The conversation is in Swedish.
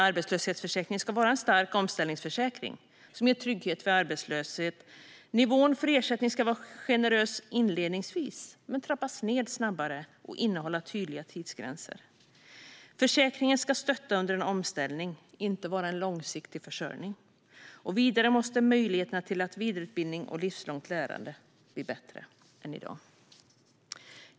Arbetslöshetsförsäkringen ska vara en stark omställningsförsäkring som ger trygghet vid arbetslöshet. Nivån för ersättning ska vara generös inledningsvis, men trappas ned snabbare och innehålla tydliga tidsgränser. Försäkringen ska stötta under en omställning, inte vara en långsiktig försörjning. Vidare måste möjligheterna till vidareutbildning och livslångt lärande bli bättre än i dag.